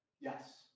Yes